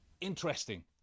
interesting